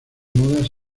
modas